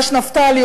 יש נפתלי,